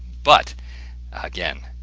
but again